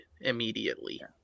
immediately